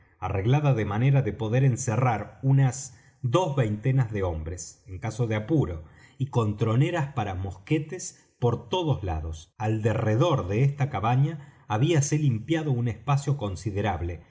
arreglada de manera de poder encerrar unas dos veintenas de hombres en caso de apuro y con troneras para mosquetes por todos lados al derredor de esta cabaña habíase limpiado un espacio considerable